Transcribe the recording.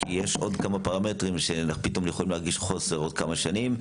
כי יש עוד כמה פרמטרים שבהם פתאום יכולים להרגיש חוסר עוד כמה שנים,